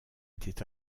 était